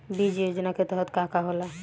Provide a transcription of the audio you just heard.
बीज योजना के तहत का का होला?